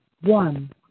one